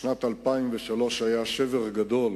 בשנת 2003 היה שבר גדול